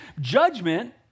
judgment